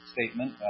statement